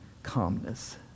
calmness